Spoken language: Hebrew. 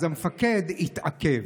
אז המפקד התעכב.